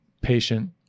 patient